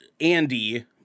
Andy